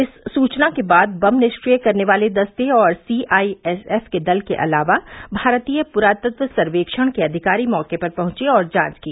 इस सूचना के बाद बम निफ्रिय करने वाले दस्ते ओर सीआईएसएफ के दल के अलावा भारतीय पुरातत्व सर्वेक्षण के अधिकारी मौके पर पहुंचे और जांच की